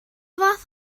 fath